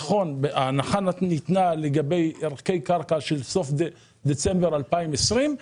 ההנחה ניתנה לגבי ערכי קרקע של סוף דצמבר 2020,